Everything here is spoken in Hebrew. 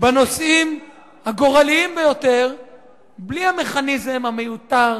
בנושאים הגורליים ביותר בלי המכניזם המיותר,